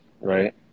right